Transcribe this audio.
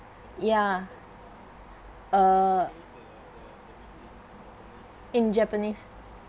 ya uh in japanese